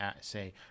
say